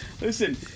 Listen